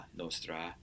nostra